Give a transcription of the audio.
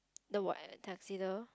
the white tuxedo